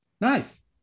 Nice